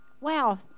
wow